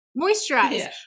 moisturize